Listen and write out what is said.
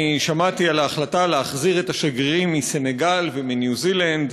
אני שמעתי על ההחלטה להחזיר את השגרירים מסנגל ומניו-זילנד,